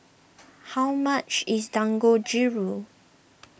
how much is Dangojiru